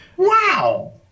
wow